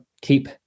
keep